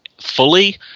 fully